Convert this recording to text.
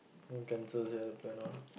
don't cancel sia the plan on